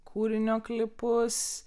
kūrinio klipus